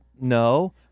No